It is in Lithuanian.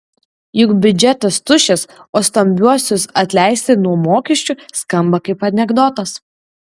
juk biudžetas tuščias o stambiuosius atleisti nuo mokesčių skamba kaip anekdotas